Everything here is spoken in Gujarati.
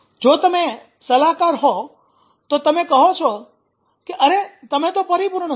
જો તમે સલાહકાર હોવ તો તમે કહો છો કે અરે તમે તો પરિપૂર્ણ છો